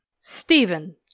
Stephen